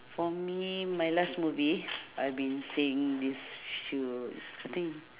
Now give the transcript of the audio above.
for me my last movie I been seeing this fi~ I think